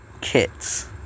kits